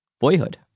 Boyhood